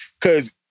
Cause